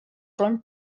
from